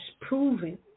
proven